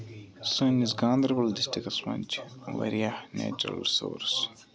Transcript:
سٲنِس گاندربل ڈِسٹرکس منٛز چھِ واریاہ نیچرل رِسورسز